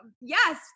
yes